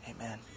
amen